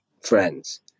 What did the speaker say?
friends